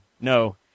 no